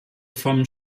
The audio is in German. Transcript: vom